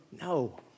No